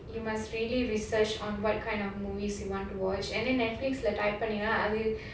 you must really research on what kind of movies you want to watch and then Netflix type பண்ணிங்கனா:panneenganna